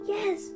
Yes